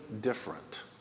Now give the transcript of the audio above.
different